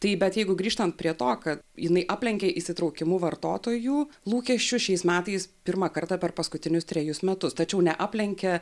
tai bet jeigu grįžtant prie to ka jinai aplenkė įsitraukimu vartotojų lūkesčius šiais metais pirmą kartą per paskutinius trejus metus tačiau neaplenkė